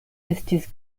estis